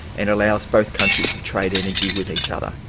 and allows both countries to trade energy with each other.